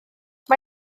mae